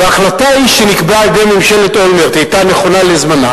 וההחלטה שנקבעה על-ידי ממשלת אולמרט היתה נכונה לזמנה,